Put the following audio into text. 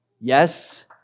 Yes